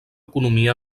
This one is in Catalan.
economia